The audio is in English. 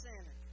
Center